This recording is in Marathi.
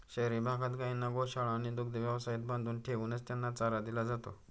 शहरी भागात गायींना गोशाळा आणि दुग्ध व्यवसायात बांधून ठेवूनच त्यांना चारा दिला जातो